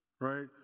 right